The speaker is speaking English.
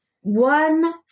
one